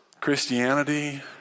Christianity